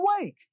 awake